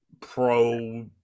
pro